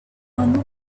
around